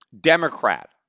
Democrat